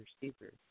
receivers